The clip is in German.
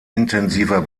intensiver